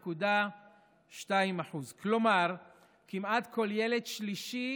ל-31.2%; כלומר כמעט כל ילד שלישי